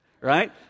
right